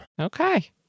Okay